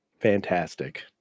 Fantastic